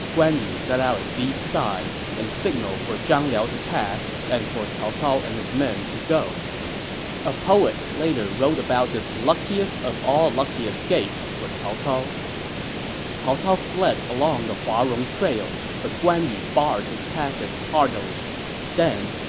guan yu let out a deep sigh and signaled for zhang liao to pass and for cao cao and his men to go a poet later wrote about this luckiest of all lucky escapes for cao cao cao cao fled along the huarong trail but guan yu barred his passage hardily then,